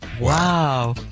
Wow